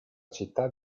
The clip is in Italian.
città